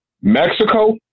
Mexico